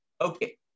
Okay